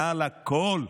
מעל הכול,